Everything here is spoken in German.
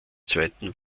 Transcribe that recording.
zweiten